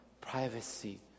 privacy